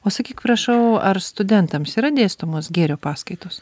o sakyk prašau ar studentams yra dėstomos gėrio paskaitos